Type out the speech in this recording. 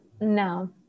no